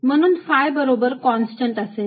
म्हणून phi बरोबर constant असेल